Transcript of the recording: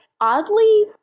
oddly